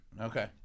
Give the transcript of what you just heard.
Okay